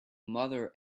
mother